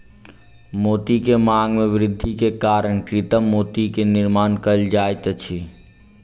मोती के मांग में वृद्धि के कारण कृत्रिम मोती के निर्माण कयल जाइत अछि